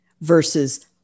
versus